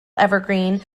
evergreen